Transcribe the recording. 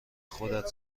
خودت